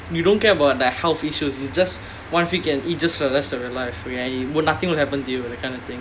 you don't care about like health issues it's just one food you can eat just for the rest of your life where nothing will happen to you kind of thing